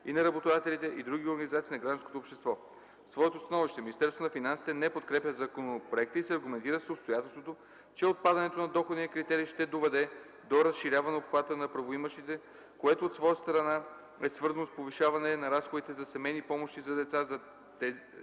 и на работодателите и други организации на гражданското общество. В своето становище Министерството на финансите не подкрепя законопроекта и се аргументира с обстоятелството, че отпадането на доходния критерий ще доведе до разширяване обхвата на правоимащите, което от своя страна е свързано с повишаване на разходите за семейни помощи за деца за тази